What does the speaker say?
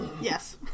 yes